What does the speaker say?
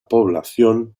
población